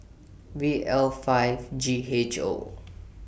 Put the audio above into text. V L five G H O